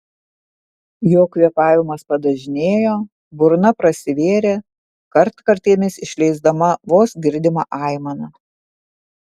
jo kvėpavimas padažnėjo burna prasivėrė kartkartėmis išleisdama vos girdimą aimaną